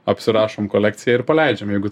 apsirašom kolekciją ir paleidžiam jeigu